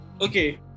Okay